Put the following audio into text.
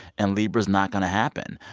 and libra is not going to happen.